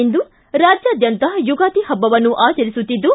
ಇಂದು ರಾಜ್ಯಾದ್ಯಂತ ಯುಗಾದಿ ಹಬ್ಬವನ್ನು ಆಚರಿಸುತ್ತಿದ್ದು